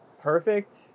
perfect